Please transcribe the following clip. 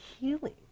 healing